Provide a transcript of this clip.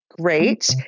Great